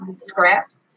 scraps